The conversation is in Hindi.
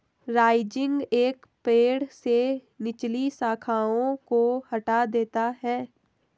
राइजिंग एक पेड़ से निचली शाखाओं को हटा देता है